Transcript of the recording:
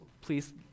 please